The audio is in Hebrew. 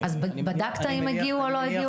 בדקת אם הגיעו אליו או לא?